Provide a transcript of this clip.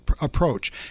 approach